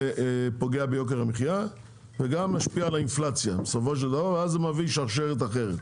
פוגע ביוקר המחיה וגם משפיע על האינפלציה ואז זה מביא שרשרת אחרת.